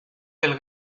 del